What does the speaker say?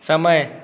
समय